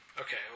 Okay